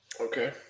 Okay